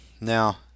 Now